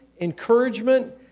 encouragement